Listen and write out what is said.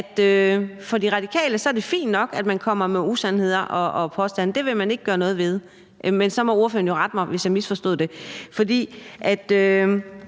for De Radikale er det fint nok, at man kommer med usandheder og påstande, at det vil man ikke gøre noget ved – og så må ordføreren jo rette mig, hvis jeg misforstod det.